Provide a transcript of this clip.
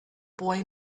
boy